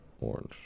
orange